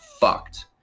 fucked